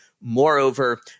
Moreover